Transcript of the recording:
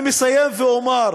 אני מסיים ואומר: